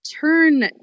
turn